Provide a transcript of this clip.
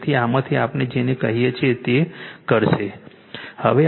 તેથી આમાંથી આપણે જેને કહીએ છીએ તે કરશે